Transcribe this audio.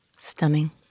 Stunning